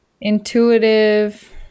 Intuitive